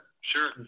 sure